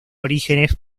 orígenes